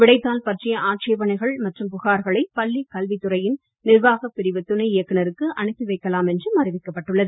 விடைத்தாள் பற்றிய ஆட்சேபனைகள் மற்றும் புகார்களை பள்ளிக் கல்வித் துறையின் நிர்வாகப் பிரிவுத் துணை இயக்குநருக்கு அனுப்பி வைக்கலாம் என்றும் அறிவிக்கப்பட்டுள்ளது